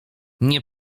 nie